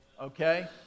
okay